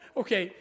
okay